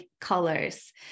colors